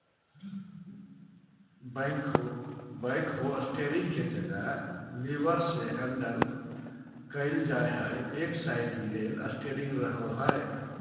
backhoe steering के जगह levers से हैंडल कइल जा हइ, एक साइड ले स्टेयरिंग रहो हइ